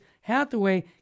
Hathaway